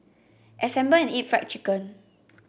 assemble and eat fried chicken